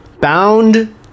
Bound